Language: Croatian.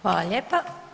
Hvala lijepa.